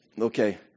Okay